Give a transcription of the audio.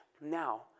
Now